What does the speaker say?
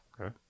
Okay